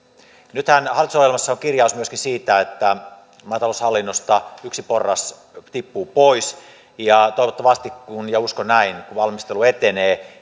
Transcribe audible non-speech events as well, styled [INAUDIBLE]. nythän hallitusohjelmassa on kirjaus myöskin siitä että maataloushallinnosta yksi porras tippuu pois ja toivottavasti ja uskon näin kun valmistelu etenee [UNINTELLIGIBLE]